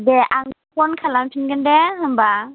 दे आं फन खालामफिनगोन दे होम्बा